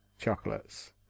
chocolates